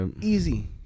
Easy